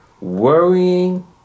Worrying